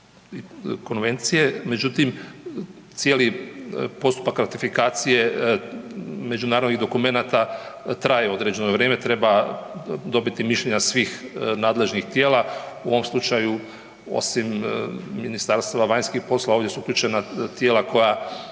konvencije, međutim cijeli postupak ratifikacije međunarodnih dokumenata traje određeno vrijeme, treba dobiti mišljenja svih nadležnih tijela. U ovom slučaju osim Ministarstva vanjskih poslova ovdje su uključena tijela u